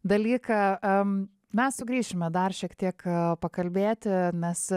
dalyką mes sugrįšime dar šiek tiek pakalbėti mes